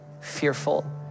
fearful